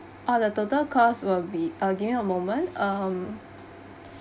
orh the total costs will be uh give me a moment um